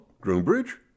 Groombridge